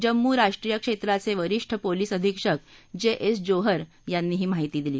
जम्मू राष्ट्रीय क्षेत्राचे वरीष्ठ पोलीस अधिक्षक जे एस जोहर यांनी ही माहिती दिली